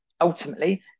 ultimately